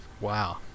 Wow